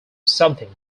something